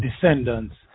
descendants